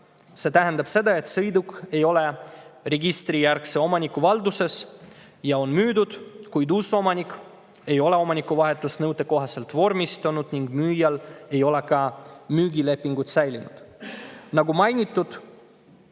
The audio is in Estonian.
See tähendab seda, et sõiduk ei ole registrijärgse omaniku valduses ja on müüdud, kuid uus omanik ei ole omaniku vahetust nõuetekohaselt vormistanud ning müüjal ei ole ka müügileping säilinud.